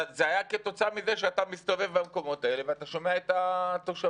זה היה כתוצאה מזה שאתה מסתובב במקומות האלה ואתה שומע את התושבים.